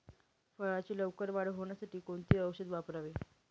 फळाची लवकर वाढ होण्यासाठी कोणती औषधे वापरावीत?